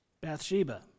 Bathsheba